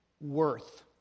worth